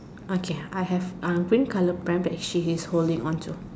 okay I have uh green colour pram that she is holding onto